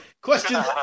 question